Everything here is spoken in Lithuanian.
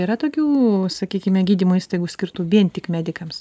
yra tokių sakykime gydymo įstaigų skirtų vien tik medikams